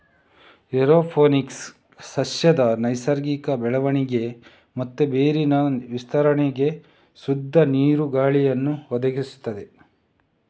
aeroponics ಸಸ್ಯದ ನೈಸರ್ಗಿಕ ಬೆಳವಣಿಗೆ ಮತ್ತೆ ಬೇರಿನ ವಿಸ್ತರಣೆಗೆ ಶುದ್ಧ ನೀರು, ಗಾಳಿಯನ್ನ ಒದಗಿಸ್ತದೆ